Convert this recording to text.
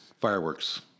fireworks